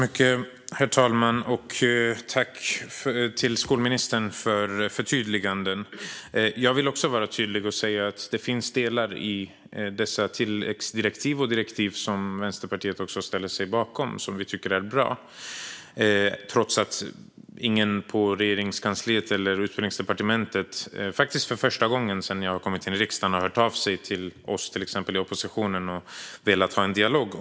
Herr talman! Jag tackar skolministern för förtydligandena. Jag vill också vara tydlig och säga att det finns delar i dessa direktiv och tilläggsdirektiv som Vänsterpartiet ställer sig bakom och tycker är bra, trots att ingen på Regeringskansliet eller Utbildningsdepartementet - faktiskt för första gången sedan jag kom in i riksdagen - har hört av sig till oss i oppositionen för att föra en dialog.